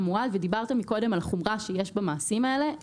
מועד וקודם דיברת על החומרה שיש במעשים האלה.